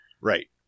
Right